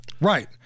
Right